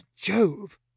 Jove